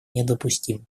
недопустимы